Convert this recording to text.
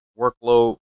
workload